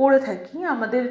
করে থাকি আমাদের